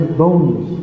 bones